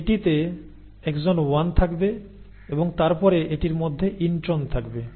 এটিতে এক্সন 1 থাকবে এবং তারপরে এটির মধ্যে ইন্ট্রন থাকবে